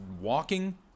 walking